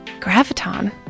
Graviton